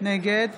נגד